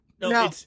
No